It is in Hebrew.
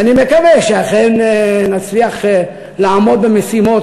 ואני מקווה שאכן נצליח לעמוד במשימות.